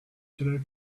today